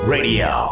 Radio